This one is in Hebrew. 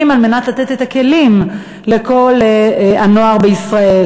על מנת לתת את הכלים לכל הנוער בישראל,